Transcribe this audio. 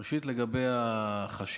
ראשית, לגבי החשיבה